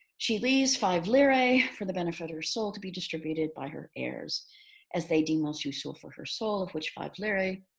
she leaves five lire for the benefit of her soul to be distributed by her heirs as they deem most useful for her soul of which five lire,